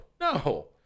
no